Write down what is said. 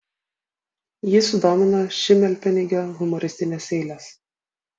jį sudomino šimelpenigio humoristinės eilės